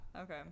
Okay